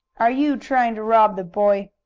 are you trying to rob the boy?